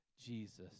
Jesus